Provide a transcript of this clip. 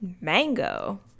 mango